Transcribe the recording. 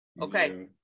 okay